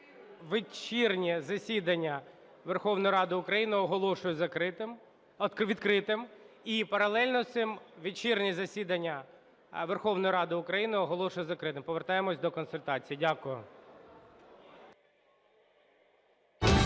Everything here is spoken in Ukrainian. вечірнє засідання Верховної Ради України оголошую закритим… відкритим і паралельно з цим вечірнє засідання Верховної Ради України оголошую закритим. Повертаємося до консультацій. Дякую.